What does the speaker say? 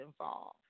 involved